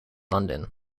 london